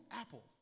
apple